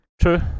True